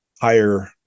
higher